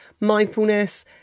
mindfulness